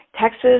Texas